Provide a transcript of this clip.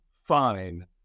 fine